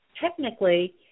technically